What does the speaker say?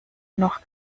noch